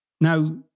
now